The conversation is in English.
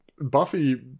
Buffy